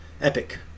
epic